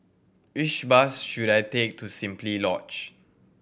which bus should I take to Simply Lodge